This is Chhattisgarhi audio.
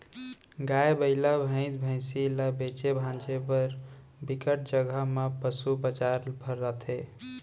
गाय, बइला, भइसा, भइसी ल बेचे भांजे बर बिकट जघा म पसू बजार भराथे